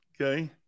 Okay